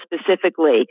specifically